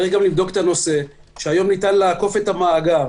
יש לבדוק את הנושא שהיום ניתן לעקוף את המאגר